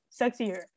sexier